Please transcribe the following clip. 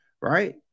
Right